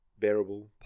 bearable